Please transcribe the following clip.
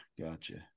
Gotcha